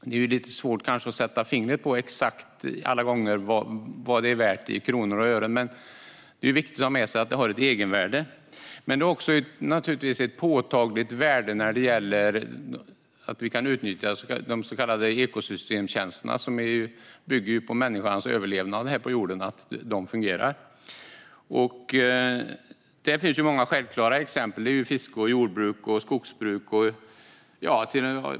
Det är svårt att sätta fingret på vad den är värd i kronor och ören, så det är viktigt att ha med sig att den har ett egenvärde. Den biologiska mångfalden har också ett påtagligt värde för att vi ska kunna utnyttja de så kallade ekosystemtjänsterna, och människans överlevnad här på jorden bygger på att de fungerar. Här finns många självklara exempel: fiske, jordbruk och skogsbruk.